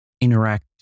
interact